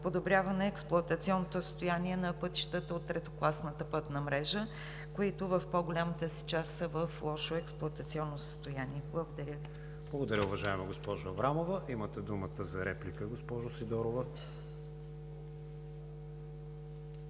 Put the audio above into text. подобряване на експлоатационното състояние на пътищата от третокласната пътна мрежа, които в по-голямата си част са в лошо експлоатационно състояние. Благодаря Ви. ПРЕДСЕДАТЕЛ КРИСТИАН ВИГЕНИН: Благодаря, уважаема госпожо Аврамова. Имате думата за реплика, госпожо Сидорова.